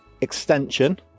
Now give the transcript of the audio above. extension